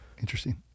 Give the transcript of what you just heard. Interesting